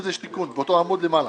באותו עמוד למעלה,